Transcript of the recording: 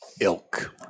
ilk